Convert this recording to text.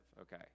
okay